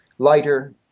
lighter